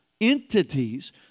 entities